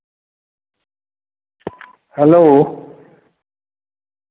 hello